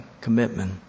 commitment